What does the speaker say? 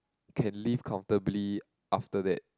can live comfortably after that